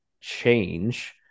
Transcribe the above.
change